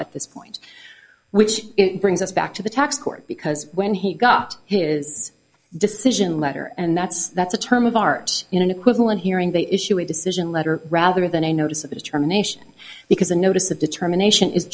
at this point which brings us back to the tax court because when he got his decision letter and that's that's a term of art in an equivalent hearing they issue a decision letter rather than a notice of a determination because a notice of determination is